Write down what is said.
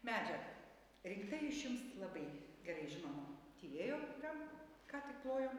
medžiaga rinkta iš jums labai gerai žinomo tyrėjo kuriam ką tik plojom